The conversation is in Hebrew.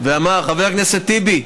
חבר הכנסת טיבי,